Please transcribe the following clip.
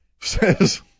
Says